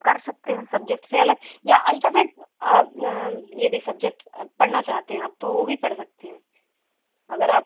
कर सकते हैं सब्जेक्ट से अलग या अल्टरनेट यदि सब्जेक्ट पढ़ना चाहते हैं आप तो वो भी पढ़ सकते हैं अगर आप